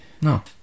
No